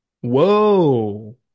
Whoa